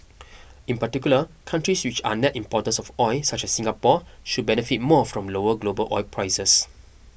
in particular countries which are net importers of oil such as Singapore should benefit more from lower global oil prices